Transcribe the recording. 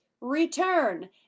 return